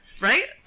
right